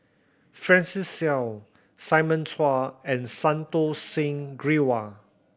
Francis Seow Simon Chua and Santokh Singh Grewal